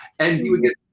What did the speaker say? and he would get.